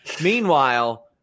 Meanwhile